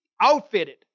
outfitted